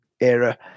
era